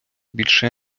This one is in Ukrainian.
більше